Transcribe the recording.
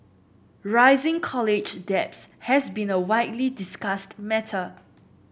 rising college debts has been a widely discussed matter